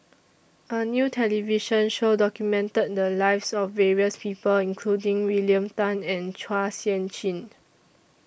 A New television Show documented The Lives of various People including William Tan and Chua Sian Chin